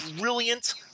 brilliant